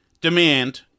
demand